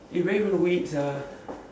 eh where you want to go eat sia